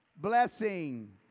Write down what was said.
blessing